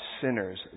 sinners